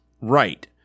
Right